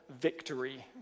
victory